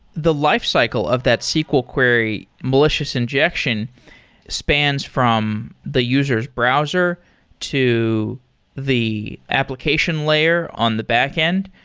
the lifecycle of that sql query malicious injection spans from the user s browser to the application layer on the backend.